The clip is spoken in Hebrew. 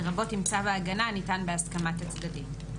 לרבות אם צו ההגנה ניתן בהסכמת הצדדים.